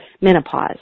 menopause